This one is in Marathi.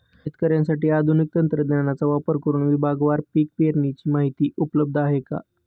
शेतकऱ्यांसाठी आधुनिक तंत्रज्ञानाचा वापर करुन विभागवार पीक पेरणीची माहिती उपलब्ध आहे का?